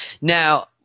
now